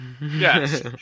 Yes